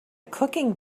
cooking